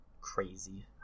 Crazy